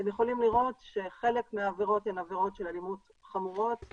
ניתן לראות שחלק מהעבירות הן עבירות חמורות של אלימות,